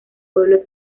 pueblo